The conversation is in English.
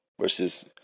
versus